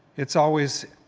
it's always,